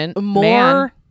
more